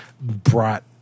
brought